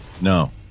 No